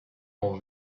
all